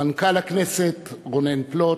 מנכ"ל הכנסת רונן פלוט,